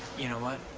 you know what?